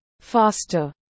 faster